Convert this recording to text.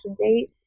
date